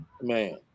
Man